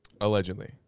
Allegedly